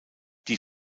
die